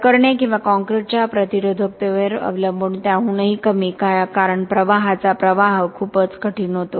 प्रकरणे किंवा कॉंक्रिटच्या प्रतिरोधकतेवर अवलंबून त्याहूनही कमी कारण प्रवाहाचा प्रवाह खूपच कठीण होतो